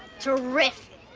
terrific.